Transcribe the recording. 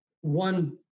One